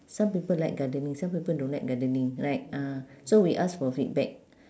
some people like gardening some people don't like gardening right ah so we ask for feedback